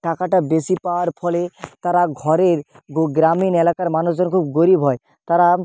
টাকাটা বেশি পাওয়ার ফলে তারা ঘরের গো গ্রামীণ এলাকার মানুষজন খুব গরীব হয় তারা